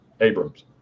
abrams